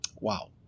wow